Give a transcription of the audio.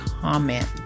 comment